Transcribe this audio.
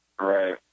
Right